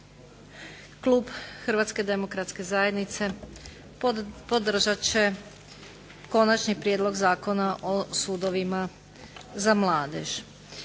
Klub Hrvatske demokratske zajednice podržat će Konačni prijedlog zakona o sudovima za mladež.